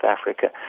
Africa